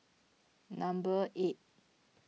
number eight